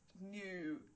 new